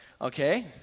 Okay